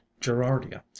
gerardia